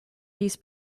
these